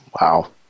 Wow